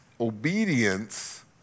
obedience